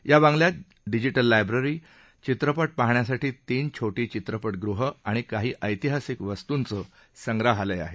या बंगल्यात digital library चित्रपट पाहण्यासाठी तीन छोटी चित्रपटग़ह आणि काही ऐतिहासिक वस्तूंचं संग्रहालय आहे